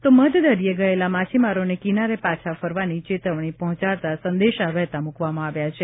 તો મધદરિયે ગયેલા માછીમારોને કિનારે પાછા ફરવાની ચેતવણી પહોંચાડતા સંદેશા વહેતા મુકવામાં આવ્યા છે